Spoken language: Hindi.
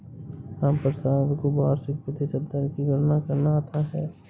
रामप्रसाद को वार्षिक प्रतिशत दर की गणना करना आता है